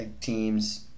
teams